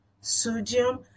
sodium